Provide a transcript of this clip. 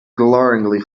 glaringly